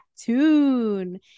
tune